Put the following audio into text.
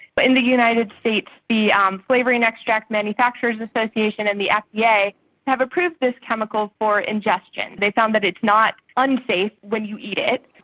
but in the united states the um flavour and extract manufacturers association and the fda ah yeah have approved this chemical for ingestion, they found that it's not unsafe when you eat it.